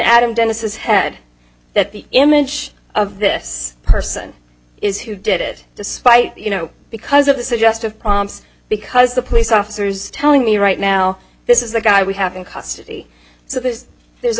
adam dennis's head that the image of this person is who did it despite you know because of the suggestive promise because the police officers telling me right now this is the guy we have in custody so that there's a